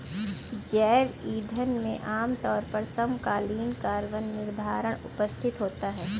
जैव ईंधन में आमतौर पर समकालीन कार्बन निर्धारण उपस्थित होता है